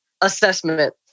assessment